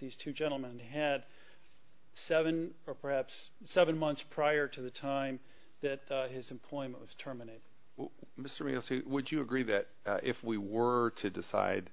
these two gentlemen had seven or perhaps seven months prior to the time that his employment was terminated would you agree that if we were to decide